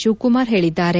ಶಿವಕುಮಾರ್ ಹೇಳಿದ್ದಾರೆ